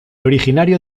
originario